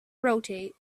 rotate